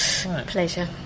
pleasure